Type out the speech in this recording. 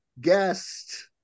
guest